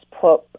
put